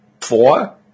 four